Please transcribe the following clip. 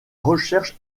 recherche